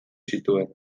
zituen